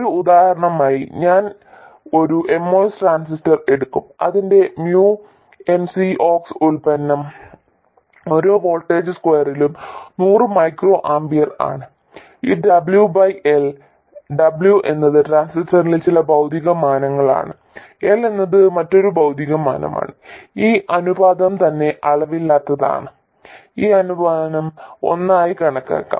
ഒരു ഉദാഹരണമായി ഞാൻ ഒരു MOS ട്രാൻസിസ്റ്റർ എടുക്കും അതിന്റെ mu n C ox ഉൽപ്പന്നം ഓരോ വോൾട്ട് സ്ക്വയറിലും നൂറ് മൈക്രോആമ്പിയർ ആണ് ഈ W ബൈ L W എന്നത് ട്രാൻസിസ്റ്ററിന്റെ ചില ഭൌതിക മാനങ്ങളാണ് L എന്നത് മറ്റൊരു ഭൌതിക മാനമാണ് ഈ അനുപാതം തന്നെ അളവില്ലാത്തതാണ് ഈ അനുപാതം ഒന്നായി കണക്കാക്കും